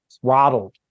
throttled